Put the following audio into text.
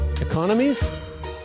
economies